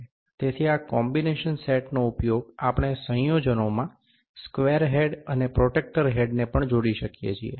તેથી આ કોમ્બિનેશન સેટનો ઉપયોગ છે આપણે સંયોજનોમાં સ્ક્વેર હેડ અને પ્રોટ્રેક્ટર હેડને પણ જોડી શકીએ છીએ